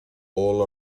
all